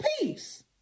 peace